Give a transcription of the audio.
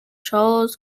charles